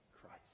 Christ